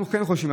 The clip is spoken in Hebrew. אנחנו כן חושבים,